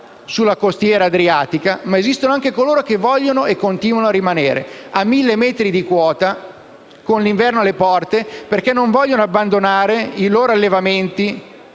sulla costiera adriatica, ma esistono anche coloro che vogliono restare e continuano a rimanere, a mille metri di quota e con l'inverno alle porte, perché non vogliono abbandonare i loro allevamenti